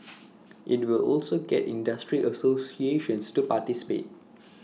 IT will also get industry associations to participate